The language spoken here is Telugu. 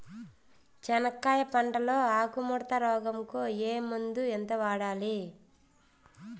చెనక్కాయ పంట లో ఆకు ముడత రోగం కు ఏ మందు ఎంత వాడాలి?